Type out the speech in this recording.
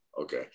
okay